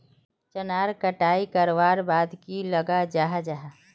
चनार कटाई करवार बाद की लगा जाहा जाहा?